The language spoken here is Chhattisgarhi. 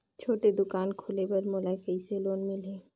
छोटे दुकान खोले बर मोला कइसे लोन मिलही?